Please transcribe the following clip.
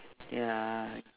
ya